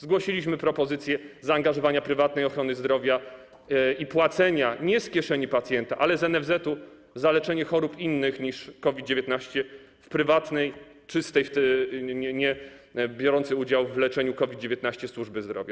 Zgłosiliśmy propozycję zaangażowania prywatnej ochrony zdrowia i płacenia nie z kieszeni pacjenta, ale z NFZ za leczenie chorób innych niż COVID-19 w ramach prywatnej, czystej, niebiorącej udziału w leczeniu COVID-19 służby zdrowia.